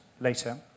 later